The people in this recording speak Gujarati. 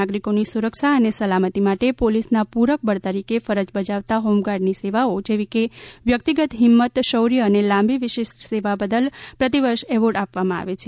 નાગરિકોની સુરક્ષા અને સલામતી માટે પોલીસના પૂરક બળ તરીકે ફરજ બજાવતા હોમગાર્ડની સેવાઓ જેવી કે વ્યક્તિગત હિંમત શૌર્ય અને લાંબી વિશિષ્ટ સેવા બદલ પ્રતિ વર્ષ એવોર્ડ આપવામાં આવે છે